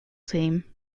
team